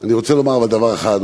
אני רוצה לומר דבר אחד.